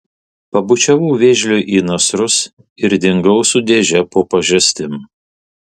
pabučiavau vėžliui į nasrus ir dingau su dėže po pažastim